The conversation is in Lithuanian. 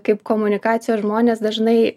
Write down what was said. kaip komunikacijos žmonės dažnai